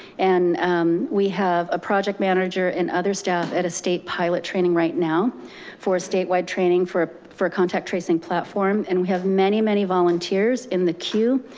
and we have a project manager and other staff at a state pilot training right now for statewide training for a contact tracing platform, and we have many, many volunteers in the queue,